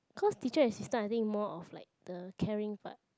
cause teacher assistant I think more of like the caring part